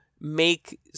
make